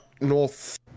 north